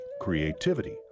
creativity